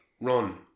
Run